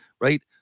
Right